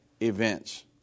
events